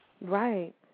Right